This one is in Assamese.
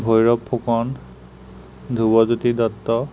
ভৈৰৱ ফুকন ধ্ৰুৱজ্যোতি দত্ত